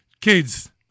kids